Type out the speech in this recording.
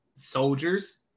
soldiers